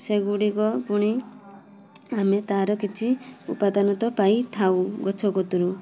ସେଗୁଡ଼ିକ ପୁଣି ଆମେ ତାର କିଛି ଉପାଦାନ ତ ପାଇଥାଉ ଗଛ କତୁରୁ